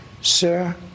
Sir